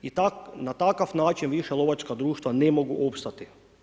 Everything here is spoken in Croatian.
I na takav način više lovačka društva više ne mogu opstati.